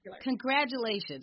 Congratulations